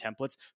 templates